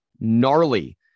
gnarly